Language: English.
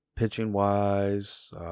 Pitching-wise